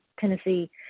Tennessee